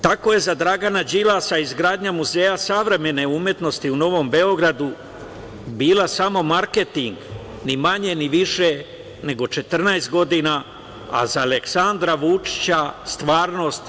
Tako je za Dragana Đilasa izgradnja Muzeja savremene umetnosti u Novom Beogradu bila samo marketing ni manje ni više nego 14 godina, a za Aleksandra Vučića stvarnost.